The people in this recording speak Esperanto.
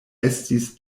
estis